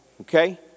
Okay